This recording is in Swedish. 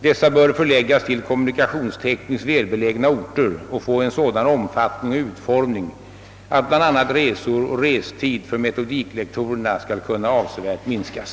Dessa bör förläggas till kommunikationstekniskt välbelägna orter och få en sådan omfattning och utformning att bl.a. resor och restid för metodiklektorerna skall kunna avsevärt minskas.